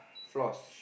flaws